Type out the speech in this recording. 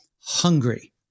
hungry